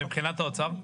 ומבחינת האוצר?